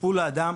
קיפול האדם,